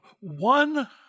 one